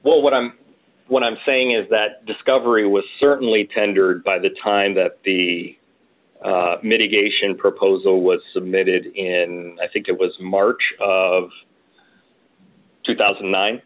well what i'm what i'm saying is that discovery was certainly tendered by the time that the mitigation proposal was submitted in i think it was march of two thousand